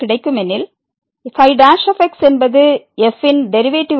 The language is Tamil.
ஏனெனில் ϕ என்பதுf ன் டெரிவேட்டிவ் ஆகும்